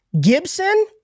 Gibson